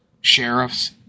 sheriffs